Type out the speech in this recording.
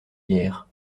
guère